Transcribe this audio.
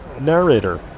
narrator